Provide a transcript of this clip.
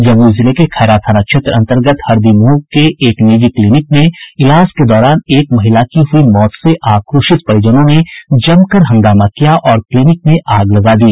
जमुई जिले के खैरा थाना क्षेत्र अंतर्गत हरदीमोह के एक निजी क्लिनिक में इलाज के दौरान एक महिला की हुई मौत से आक्रोशित परिजनों ने जमकर हंगामा किया और क्लिनिक में आग लगा दी